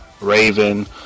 Raven